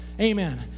Amen